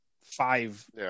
five